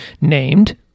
named